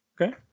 Okay